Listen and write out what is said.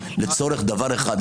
לצורך דבר אחד,